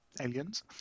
Aliens